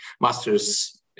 master's